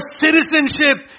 citizenship